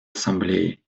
ассамблее